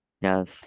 Yes